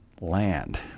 land